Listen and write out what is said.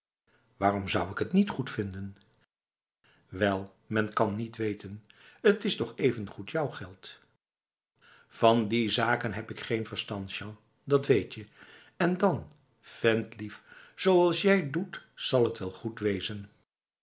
waarom zou ik het niet goedvinden wel men kan niet weten het is toch ook evengoed jouw geld van die zaken heb ik geen verstand jean dat weet je en dan ventlief zoals jij doet zal t wel goed wezen